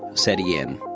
said ian,